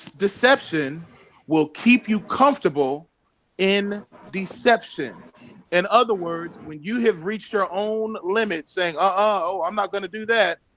deception will keep you comfortable in deception in and other words when you have reached her own limit saying oh, i'm not going to do that.